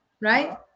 right